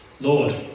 Lord